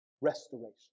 restoration